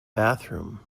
bathroom